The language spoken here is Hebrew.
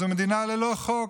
אז זו מדינה ללא חוק,